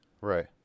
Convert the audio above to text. Right